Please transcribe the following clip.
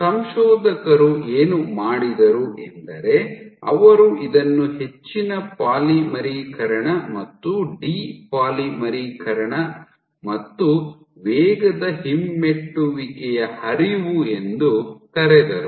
ಸಂಶೋಧಕರು ಏನು ಮಾಡಿದರು ಎಂದರೆ ಅವರು ಇದನ್ನು ಹೆಚ್ಚಿನ ಪಾಲಿಮರೀಕರಣ ಮತ್ತು ಡಿ ಪಾಲಿಮರೀಕರಣ ಮತ್ತು ವೇಗದ ಹಿಮ್ಮೆಟ್ಟುವಿಕೆಯ ಹರಿವು ಎಂದು ಕರೆದರು